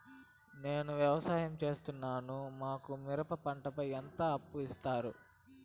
నేను వ్యవసాయం సేస్తున్నాను, మాకు మిరప పంటపై ఎంత అప్పు ఇస్తారు